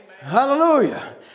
Hallelujah